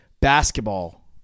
Basketball